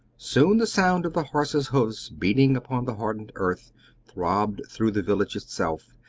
soon the sound of the horses' hoofs beating upon the hardened earth throbbed through the village itself,